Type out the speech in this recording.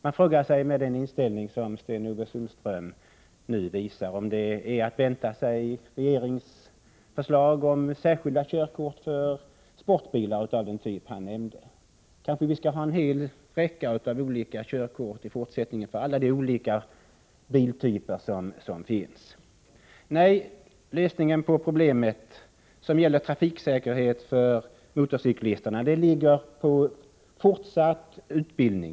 Man frågar sig, med tanke på den inställning som Sten-Ove Sundström intar, om vi har att vänta oss regeringsförslag om särskilt körkort för sportbilar. Kanske vi skall ha en hel räcka av körkort i fortsättningen för alla de olika biltyper som finns. Nej, lösningen på problemet med trafiksäkerhet för motorcyklisterna ligger i fortsatt utbildning.